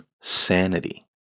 sanity